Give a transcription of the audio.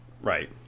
Right